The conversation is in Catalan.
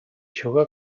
juga